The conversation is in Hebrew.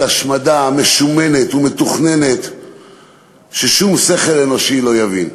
השמדה משומנת ומתוכננת ששום שכל אנושי לא יבין,